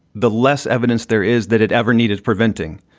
the less evidence there is that it ever needed preventing.